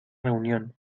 reunión